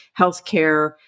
healthcare